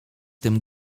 tym